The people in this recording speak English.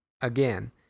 again